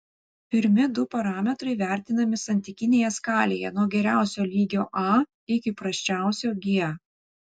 pirmi du parametrai vertinami santykinėje skalėje nuo geriausio lygio a iki prasčiausio g